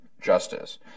justice